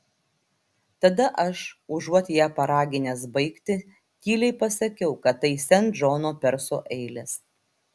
tada aš užuot ją paraginęs baigti tyliai pasakiau kad tai sen džono perso eilės